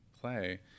play